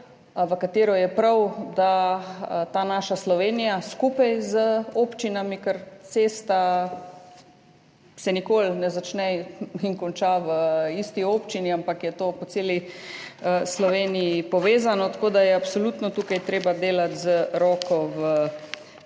v katero je prav, da ta naša Slovenija, skupaj z občinami, ker cesta se nikoli ne začne in konča v isti občini, ampak je to povezano po celi Sloveniji, tako da je absolutno tukaj treba delati z roko v roki.